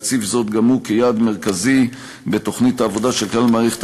וגם הוא הציב זאת כיעד מרכזי בתוכנית העבודה של כלל מערכת